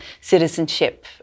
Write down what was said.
citizenship